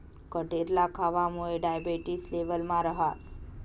कटिरला खावामुये डायबेटिस लेवलमा रहास